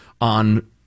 on